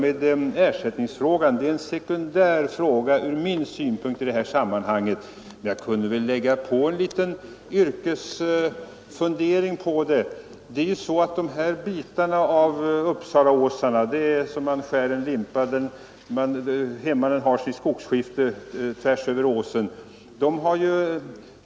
Ersättningsfrågan är från min synpunkt en sekundär fråga i detta sammanhang. Men jag kan naturligtvis anlägga en liten yrkesfundering på den. På Uppsalaåsarna har hemmanen sina skogsskiften tvärs över åsen, som alltså därigenom skurits i skivor som en limpa.